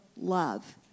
love